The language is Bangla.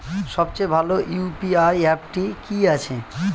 সবচেয়ে ভালো ইউ.পি.আই অ্যাপটি কি আছে?